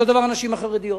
אותו דבר הנשים החרדיות.